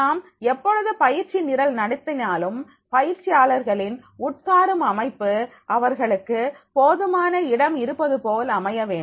நாம் எப்பொழுது பயிற்சி நிரல் நடத்தினாலும் பயிற்சியாளர்களின் உட்காரும் அமைப்பு அவர்களுக்கு போதுமான இடம் இருப்பது போல் அமைய வேண்டும்